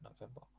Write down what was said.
November